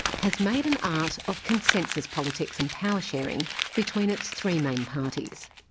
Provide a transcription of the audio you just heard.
has made an art of consensus politics and power-sharing between its three main parties.